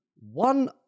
One